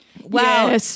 Wow